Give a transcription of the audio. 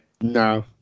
No